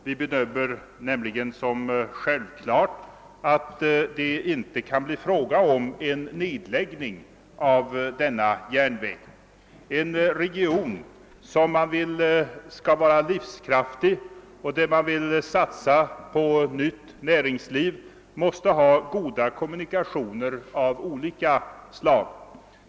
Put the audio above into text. Vi bedömer det nämligen som självklart att det inte kan bli fråga om en nedläggning av denna järnväg. En region som man vill skall vara livskraftig och där man vill satsa på nytt näringsliv måste ha goda kommunikationer av olika slag.